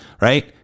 right